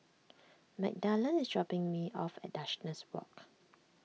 Magdalen is dropping me off at Walk